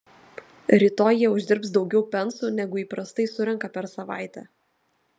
rytoj jie uždirbs daugiau pensų negu įprastai surenka per savaitę